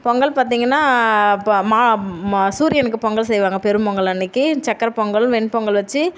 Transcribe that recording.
பொங்கல் பார்த்திங்கன்னா அப்போ மா மா சூரியனுக்கு பொங்கல் செய்வாங்க பெரும் பொங்கல் அன்றைக்கி சக்கரை பொங்கல் வெண் பொங்கல் வச்சு